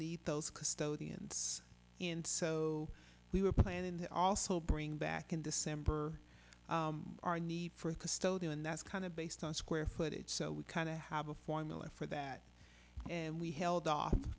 need those custodians and so we were planning to also bring back in december our need for a custodian that's kind of based on square footage so we kind of have a formula for that and we held off